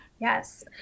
Yes